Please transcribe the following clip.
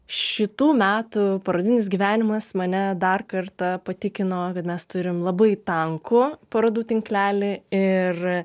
šitų metų parodinis gyvenimas mane dar kartą patikino kad mes turim labai tankų parodų tinklelį ir